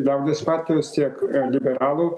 liaudies partijos tiek liberalų